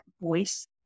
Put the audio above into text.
voice